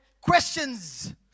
Questions